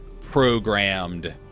programmed